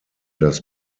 das